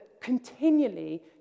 continually